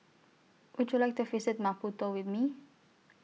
Would YOU like to visit Maputo with Me